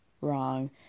wrong